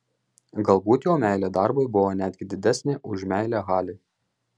galbūt jo meilė darbui buvo netgi didesnė už meilę halei